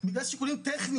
מפקד בשטח,